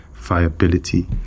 viability